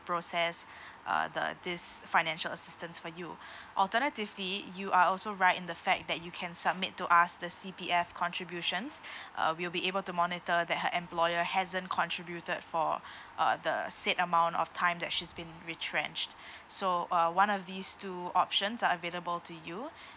process uh the this financial assistance for you alternatively you are also right in the fact that you can submit to us the C_P_F contributions uh we'll be able to monitor that the employer hasn't contributed for uh the said amount of time that she's been retrenched so uh one of these two options are available to you